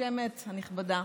הרשמת הנכבדה,